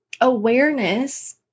awareness